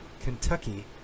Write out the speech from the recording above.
Kentucky